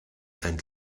and